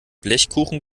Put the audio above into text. blechkuchen